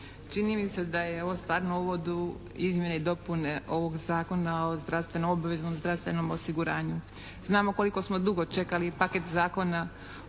Čini mi se da je ovo stvarno uvod u izmjene i dopune ovog Zakona o zdravstveno obveznom zdravstvenom osiguranju. Znamo koliko smo dugo čekali paket zakona